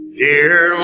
dear